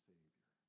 Savior